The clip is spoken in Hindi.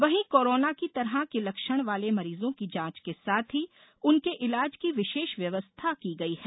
वहीं कोरोना की तरह के लक्षण वाले मरीजों की जांच के साथ ही उनके ईलाज की विशेष व्यवस्था की गई है